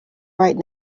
right